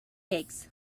aches